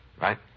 Right